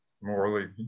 morally